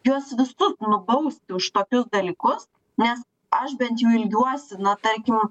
juos visus nubausti už tokius dalykus nes aš bent jau ilgiuosi na tarkim